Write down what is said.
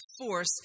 Force